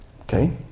Okay